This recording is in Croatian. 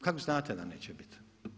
Kako znate da neće biti?